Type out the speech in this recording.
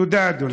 תודה, אדוני.